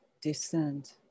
descend